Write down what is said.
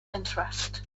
interest